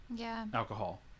alcohol